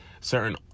certain